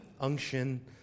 unction